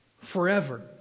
Forever